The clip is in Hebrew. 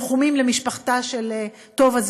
תנחומים למשפחתה של טובה,